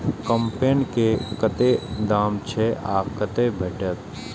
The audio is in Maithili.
कम्पेन के कतेक दाम छै आ कतय भेटत?